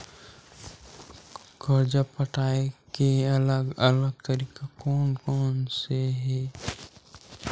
कर्जा पटाये के अलग अलग तरीका कोन कोन से हे?